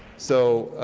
so